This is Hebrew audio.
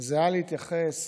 היה להתייחס